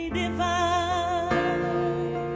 divine